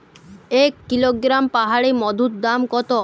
এক কিলোগ্রাম পাহাড়ী মধুর দাম কত?